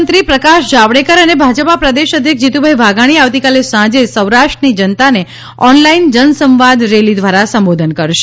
કેન્દ્રીયમંત્રી પ્રકાશ જાવડેકર અને ભાજપા પ્રદેશ અધ્યક્ષ જીતુભાઇ વાઘાણી આવતીકાલે સાંજે સૌરાષ્ટ્રની જનતાને ઓનલાઇન જનસંવાદ રેલી દ્વારા સંબોધન કરશે